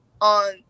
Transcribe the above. on